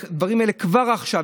כבר עכשיו,